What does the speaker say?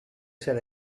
ser